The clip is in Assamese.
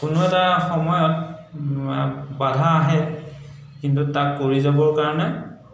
কোনো এটা সময়ত বাধা আহে কিন্তু তাক কৰি যাবৰ কাৰণে